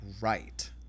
right